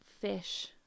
fish